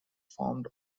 formed